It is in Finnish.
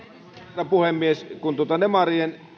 herra puhemies kun tuota demarien